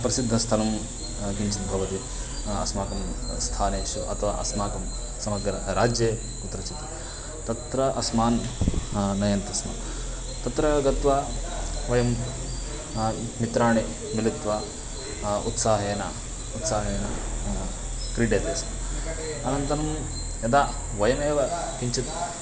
प्रसिद्धस्थलं किञ्चित् भवति अस्माकं स्थानेषु अथवा अस्माकं समग्रराज्ये कुत्रचित् तत्र अस्मान् नयन्ति स्म तत्र गत्वा वयं मित्राणि मिलित्वा उत्साहेन उत्साहेन क्रीड्यते स्म अनन्तरं यदा वयमेव किञ्चित्